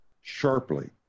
sharply